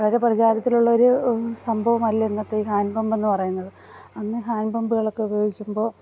വളരെ പ്രചാരത്തിലുള്ളൊരു സംഭവമല്ല ഇന്നത്തെ ഈ ഹാൻഡ് പമ്പെന്ന് പറയുന്നത് അന്ന് ഹാൻഡ് പമ്പുകളൊക്കെ ഉപയോഗിക്കുമ്പോൾ